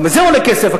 גם זה עולה כסף.